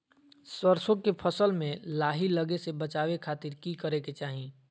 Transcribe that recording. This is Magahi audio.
सरसों के फसल में लाही लगे से बचावे खातिर की करे के चाही?